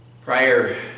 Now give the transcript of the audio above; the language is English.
Prior